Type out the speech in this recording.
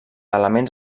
elements